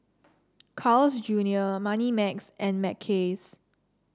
Carl's Junior Moneymax and Mackays